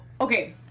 okay